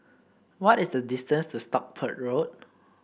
what is the distance to Stockport Road